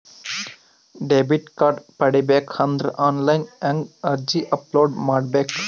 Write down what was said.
Debit card ಪಡಿಬೇಕು ಅಂದ್ರ online ಹೆಂಗ್ ಅರ್ಜಿ ಅಪಲೊಡ ಮಾಡಬೇಕು?